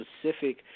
specific